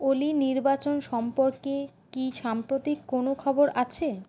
ওলি নির্বাচন সম্পর্কে কি সাম্প্রতিক কোনও খবর আছে